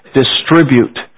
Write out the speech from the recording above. distribute